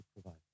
provide